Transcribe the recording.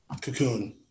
cocoon